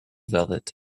velvet